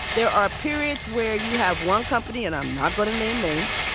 there are periods where you have one company, and i'm not going to name names,